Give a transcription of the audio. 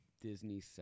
Disney